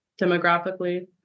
demographically